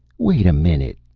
wait a minute!